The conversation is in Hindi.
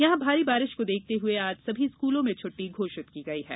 यहां भारी बारिश को देखते हुए आज सभी स्कूलों में छुट्टी घोषित की गई है